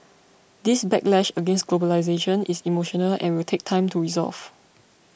this backlash against globalisation is emotional and will take time to resolve